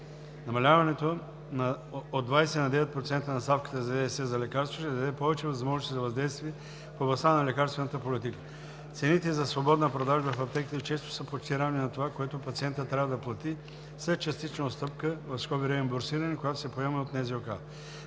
Намаляването от 20% на 9% на ставката за ДДС за лекарствата ще даде повече възможности за въздействие в областта на лекарствената политика. Цените за свободна продажба в аптеките често са почти равни на това, което пациентът трябва да плати след частичната отстъпка – реимбурсиране, която се поема от НЗОК.